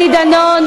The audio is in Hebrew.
חבר הכנסת דני דנון.